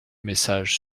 messages